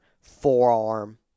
forearm